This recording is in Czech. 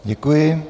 Děkuji.